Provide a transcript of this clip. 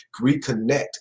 reconnect